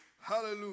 Hallelujah